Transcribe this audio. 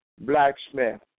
Blacksmith